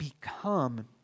become